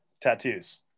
tattoos